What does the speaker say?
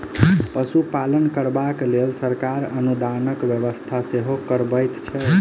पशुपालन करबाक लेल सरकार अनुदानक व्यवस्था सेहो करबैत छै